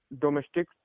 domestic